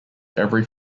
every